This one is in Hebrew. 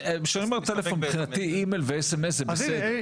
מבחינתי סמס ואימייל זה בסדר.